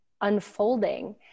unfolding